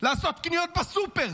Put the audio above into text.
לעשות קניות בסופר.